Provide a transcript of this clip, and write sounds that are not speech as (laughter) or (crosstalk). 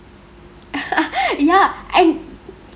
(laughs) ya